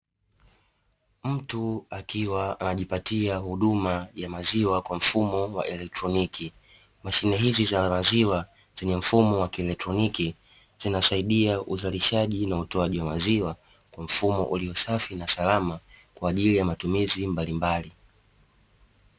Mtu akiwa anajipatia huduma ya maziwa kwa mfumo wa elektroniki mashine hizi za maziwa zenye mfumo wa kielektroniki zinasaidia uzalishaji na utoaji wa maziwa kwa mfumo ulio safi na salama kwa ajili ya matumizi mbalimbali.